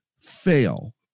fail